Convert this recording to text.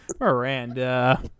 Miranda